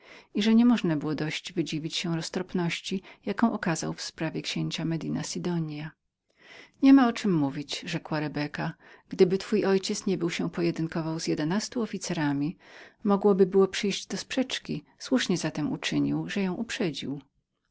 i że nie można było dość wydziwić się roztropności jaką okazał w sprawie księcia medina sidonia niema co mówić rzekła rebeka gdyby twój ojciec nie był się pojedynkował z jedenastą officerami mogłoby było przyjść do sprzeczki słusznie zatem uczynił że ją uprzedził